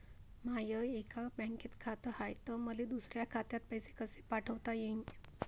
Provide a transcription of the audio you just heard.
माय एका बँकेत खात हाय, त मले दुसऱ्या खात्यात पैसे कसे पाठवता येईन?